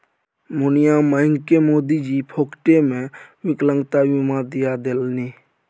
मुनिया मायकेँ मोदीजी फोकटेमे विकलांगता बीमा दिआ देलनि